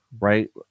right